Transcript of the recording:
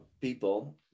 people